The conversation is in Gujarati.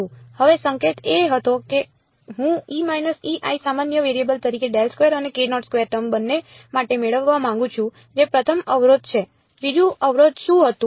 હવે સંકેત એ હતો કે હું સામાન્ય વેરિયેબલ તરીકે અને ટર્મ બંને માટે મેળવવા માંગુ છું જે પ્રથમ અવરોધ છે બીજું અવરોધ શું હતું